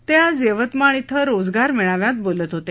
ते आज यवतमाळ िक्व रोजगार मेळाव्यात बोलत होते